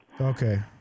Okay